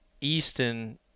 Easton